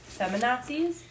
feminazis